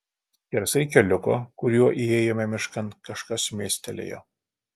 skersai keliuko kuriuo įėjome miškan kažkas šmėstelėjo